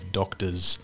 doctors